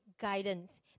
guidance